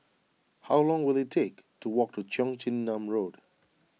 how long will it take to walk to Cheong Chin Nam Road